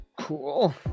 Cool